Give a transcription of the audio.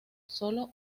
sólo